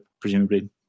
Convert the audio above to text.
presumably